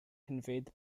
conveyed